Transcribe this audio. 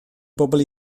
bobl